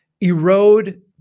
erode